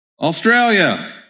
Australia